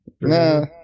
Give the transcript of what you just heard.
Nah